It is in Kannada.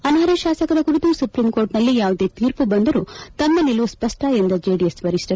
ಅನರ್ಹ ಶಾಸಕರ ಕುರಿತು ಸುಪ್ರೀಂ ಕೋರ್ಟ್ನಲ್ಲಿ ಯಾವುದೇ ತೀರ್ಮ ಬಂದರೂ ತಮ್ಮ ನಿಲುವು ಸ್ಪಷ್ಟ ಎಂದ ಜೆಡಿಎಸ್ ವರಿಷ್ಠ